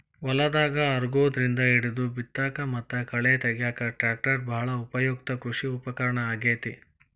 ಹೊಲದಾಗ ಹರಗೋದ್ರಿಂದ ಹಿಡಿದು ಬಿತ್ತಾಕ ಮತ್ತ ಕಳೆ ತಗ್ಯಾಕ ಟ್ರ್ಯಾಕ್ಟರ್ ಬಾಳ ಉಪಯುಕ್ತ ಕೃಷಿ ಉಪಕರಣ ಆಗೇತಿ